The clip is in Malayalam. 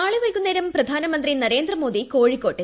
നാളെ വൈകുന്നേരം പ്ര്യാനമന്ത്രി നരേന്ദ്രമോദി കോഴിക്കോടെത്തും